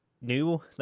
new